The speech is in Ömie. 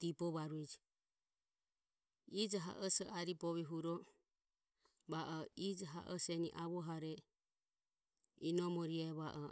dibovarueje. Ijo ha osi e aribovio huro va o ijo ha o sieni avohare inomore e va o.